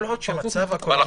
כל עוד שהמצב -- אם כבר,